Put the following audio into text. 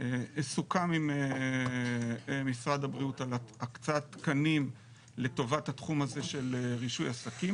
סוכם עם משרד הבריאות על הקצאת תקנים לטובת התחום הזה של רישוי עסקים.